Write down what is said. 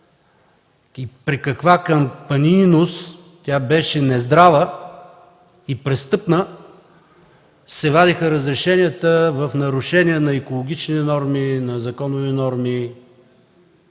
и при каква кампанийност – тя беше нездрава и престъпна – се вадеха разрешенията в нарушение на екологични норми, на законови норми.